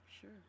sure